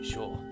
Sure